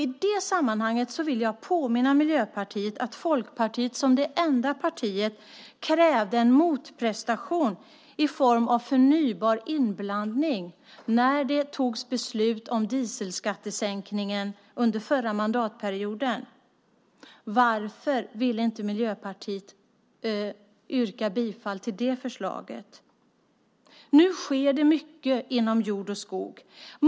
I det sammanhanget vill jag påminna Miljöpartiet om att Folkpartiet som det enda partiet krävde en motprestation i form av förnybar inblandning när det togs beslut om dieselskattesänkningen under förra mandatperioden. Varför ville inte Miljöpartiet yrka bifall till det förslaget? Nu sker det mycket inom jord och skog.